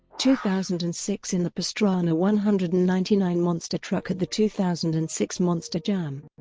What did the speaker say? two thousand and six in the pastrana one hundred and ninety nine monster truck at the two thousand and six monster jam.